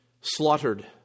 slaughtered